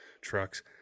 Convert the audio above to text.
trucks